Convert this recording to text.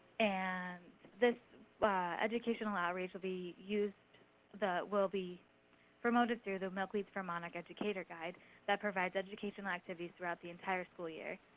and this educational outreach will be used will be promoted through the milkweeds for monarchs educator guide that provides educational activities throughout the entire school year.